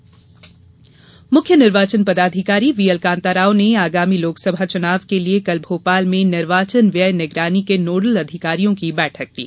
चुनाव निगरानी बैठक मुख्य निर्वाचन पदाधिकारी व्हीएल कान्ता राव ने आगामी लोकसभा चुनाव के लिये कल भोपाल में निर्वाचन व्यय निगरानी के नोडल अधिकारियों की बैठक ली